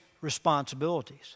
responsibilities